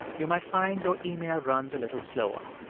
you might find your email runs a little slower.